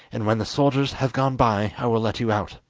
and when the soldiers have gone by i will let you out